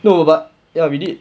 no but ya we did